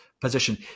position